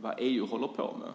vad EU håller på med?